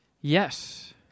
Yes